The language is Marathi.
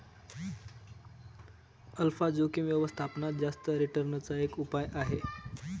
अल्फा जोखिम व्यवस्थापनात जास्त रिटर्न चा एक उपाय आहे